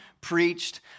preached